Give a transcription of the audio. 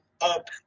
up